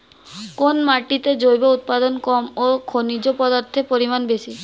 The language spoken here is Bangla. কোন মাটিতে জৈব উপাদান কম ও খনিজ পদার্থের পরিমাণ বেশি?